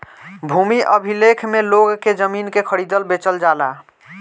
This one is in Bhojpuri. भूमि अभिलेख में लोग के जमीन के खरीदल बेचल जाला